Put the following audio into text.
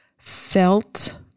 felt